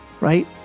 Right